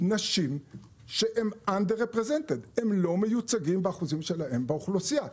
נשים שהן לא מיוצגים באחוזים שלהם באוכלוסייה.